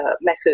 method